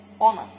honor